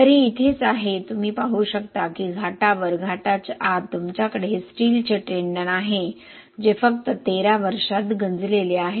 तर हे इथेच आहे तुम्ही पाहू शकता की घाटावर घाटाच्या आत तुमच्याकडे हे स्टीलचे टेंडन आहे जे फक्त 13 वर्षात गंजलेले आहे